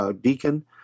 deacon